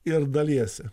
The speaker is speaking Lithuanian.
ir dalijasi